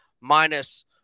minus